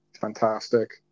Fantastic